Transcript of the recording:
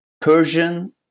Persian